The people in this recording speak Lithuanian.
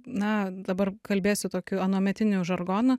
na dabar kalbėsiu tokiu anuometiniu žargonu